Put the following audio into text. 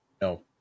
No